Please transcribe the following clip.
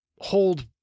hold